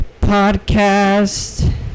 podcast